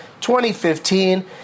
2015